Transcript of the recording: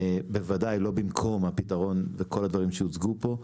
בוודאי לא במקום הפתרון לכל הדברים שהוצגו פה.